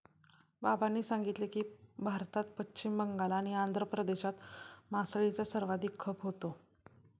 बाबांनी सांगितले की, भारतात पश्चिम बंगाल आणि आंध्र प्रदेशात मासळीचा सर्वाधिक खप होतो